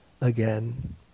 again